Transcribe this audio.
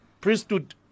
priesthood